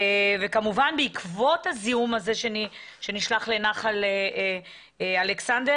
וכמובן בעקבות הזיהום הזה בנחל אלכסנדר